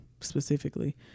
specifically